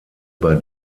bei